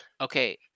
okay